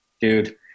Dude